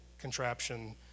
contraption